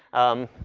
um,